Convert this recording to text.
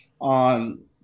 on